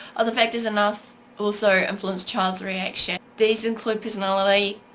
other factors enough also influence child's reaction these include personality,